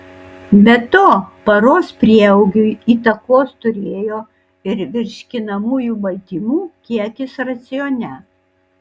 be to paros prieaugiui įtakos turėjo ir virškinamųjų baltymų kiekis racione